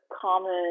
common